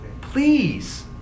please